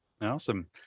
Awesome